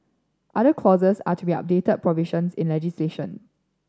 other clauses are to be update provisions in legislation